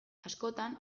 askotan